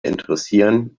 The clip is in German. interessieren